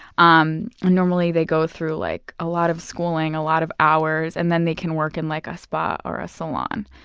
um normally they go through like a lot of schooling, a lot of hours, and then they can work in like a spa or ah salon.